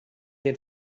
den